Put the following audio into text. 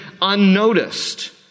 unnoticed